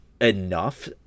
enough